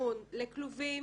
מימון לכלובים